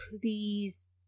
Please